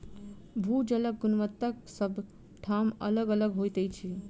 भू जलक गुणवत्ता सभ ठाम अलग अलग होइत छै